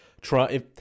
try